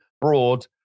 broad